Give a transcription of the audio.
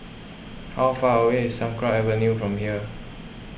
how far away is Sakra Avenue from here